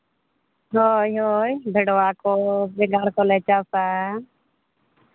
ᱦᱳᱭ ᱦᱳᱭ ᱵᱷᱮᱰᱣᱟ ᱠᱚ ᱵᱮᱸᱜᱟᱲ ᱠᱚᱞᱮ ᱪᱟᱥᱼᱟ